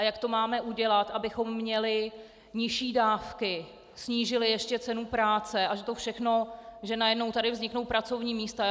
Jak to máme udělat, abychom měli nižší dávky, snížili ještě cenu práce, a že najednou tady vzniknou pracovní místa.